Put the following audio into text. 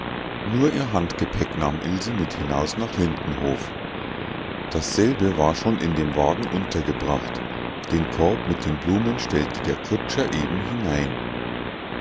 nur ihr handgepäck nahm ilse mit hinaus nach lindenhof dasselbe war schon in dem wagen untergebracht den korb mit den blumen stellte der kutscher eben hinein